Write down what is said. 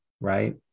right